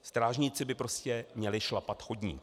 Strážníci by prostě měli šlapat chodník.